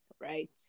Right